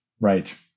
Right